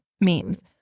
memes